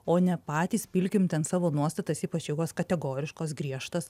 o ne patys pilkim ten savo nuostatas ypač jeigu jos kategoriškos griežtos